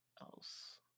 else